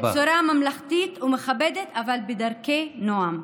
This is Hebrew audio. בצורה ממלכתית ומכבדת אבל בדרכי נועם.